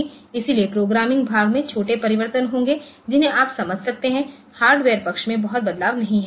इसलिए प्रोग्रामिंग भाग में छोटे परिवर्तन होंगे जिन्हें आप समझ सकते हैं हार्डवेयर पक्ष में बहुत बदलाव नहीं है